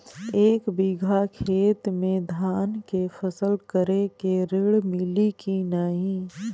एक बिघा खेत मे धान के फसल करे के ऋण मिली की नाही?